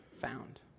found